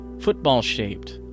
football-shaped